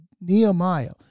Nehemiah